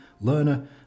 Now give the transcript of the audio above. learner